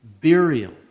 burial